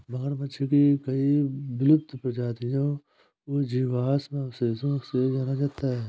मगरमच्छ की कई विलुप्त प्रजातियों को जीवाश्म अवशेषों से जाना जाता है